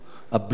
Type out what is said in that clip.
הבליץ